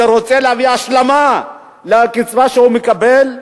שרוצה להביא השלמה לקצבה שהוא מקבל,